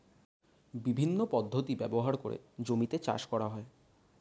বিভিন্ন পদ্ধতি ব্যবহার করে জমিতে চাষ করা হয়